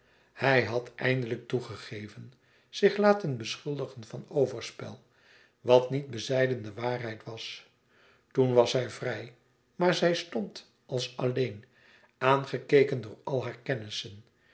hij had eindelijk toegegeven zich laten beschuldigen van overspel wat niet bezijden de waarheid was toen was zij vrij maar zij stond als alleen aangekeken door al hare